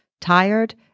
tired